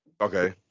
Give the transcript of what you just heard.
Okay